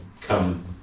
come